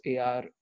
ar